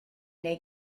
neu